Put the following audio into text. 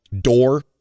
door